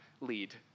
lead